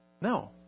No